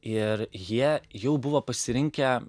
ir jie jau buvo pasirinkę